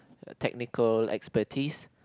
technical expertise